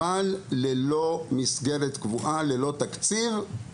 אבל ללא מסגרת קבועה וללא תקציב.